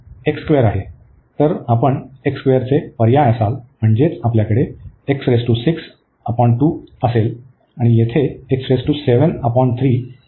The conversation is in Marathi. तर तुम्ही चे पर्याय असाल म्हणजे तुमच्याकडे असेल आणि येथे देखील असेल